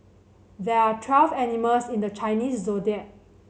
there are twelve animals in the Chinese Zodiac